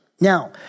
Now